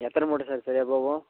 எத்தனை மூட்டை சார் சரியாக போகும்